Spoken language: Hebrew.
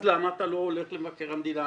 אז למה אתה לא הולך למבקר המדינה?